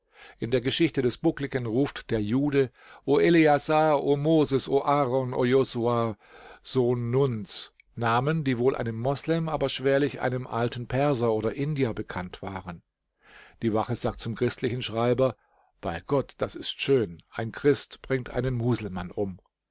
in der geschichte des buckligen ruft der jude o eleazar o moses o aron o josua sohn nuns namen die wohl einem moslem aber schwerlich einem alten perser oder indier bekannt waren die wache sagt zum christlichen schreiber bei gott das ist schön ein christ bringt einen muselmann um